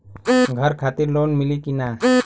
घर खातिर लोन मिली कि ना?